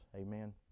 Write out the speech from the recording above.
Amen